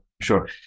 sure